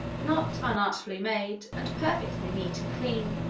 not unartfully made, and perfectly neat and clean.